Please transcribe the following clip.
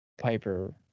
Piper